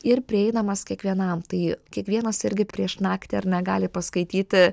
ir prieinamas kiekvienam tai kiekvienas irgi prieš naktį ar ne gali paskaityti